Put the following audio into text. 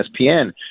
ESPN